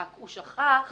רק הוא שכח